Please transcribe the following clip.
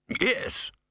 Yes